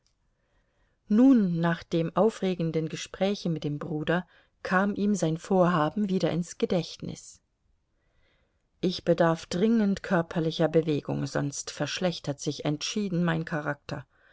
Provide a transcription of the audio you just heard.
nun nach dem aufregenden gespräche mit dem bruder kam ihm sein vorhaben wieder ins gedächtnis ich bedarf dringend körperlicher bewegung sonst verschlechtert sich entschieden mein charakter